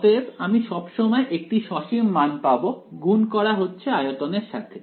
অতএব আমি সবসময় একটি সসীম মান পাব গুণ করা হচ্ছে আয়তন এর সাথে